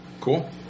Cool